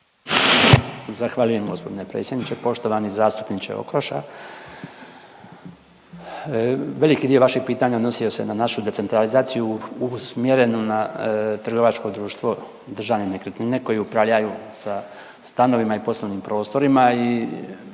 Zahvaljujem gospodine predsjedniče. Poštovani zastupniče Okroša, veliki dio vašeg pitanja odnosio se na našu decentralizaciju usmjerenu na trgovačko društvo Državne nekretnine koje upravljaju sa stanovima i poslovnim prostorima